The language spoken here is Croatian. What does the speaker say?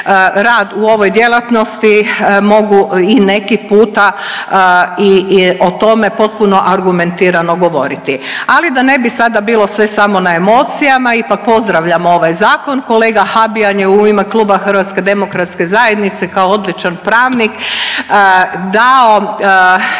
rad u ovoj djelatnosti mogu i neki puta i o tome potpuno argumentirano govoriti. Ali da ne bi sada bilo sve samo na emocijama ipak pozdravljam ovaj zakon. Kolega Habijan je u ime kluba Hrvatske demokratske zajednice kao odličan pravnik dao